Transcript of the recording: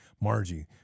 Margie